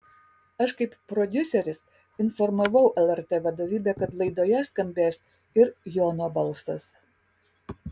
aš kaip prodiuseris informavau lrt vadovybę kad laidoje skambės ir jono balsas